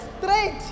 straight